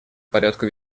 порядку